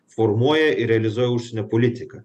formuoja ir realizuoja užsienio politiką